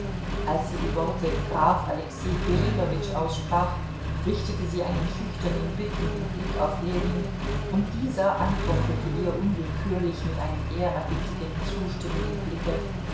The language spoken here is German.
als sie die worte graf alexei kirillowitsch aussprach richtete sie einen schüchtern bittenden blick auf ljewin und dieser antwortete ihr unwillkürlich mit einem ehrerbietigen zustimmenden blicke